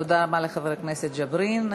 תודה רבה לחבר הכנסת ג'בארין.